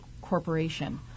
corporation